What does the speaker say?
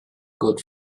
good